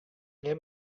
nie